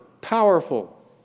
powerful